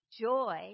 joy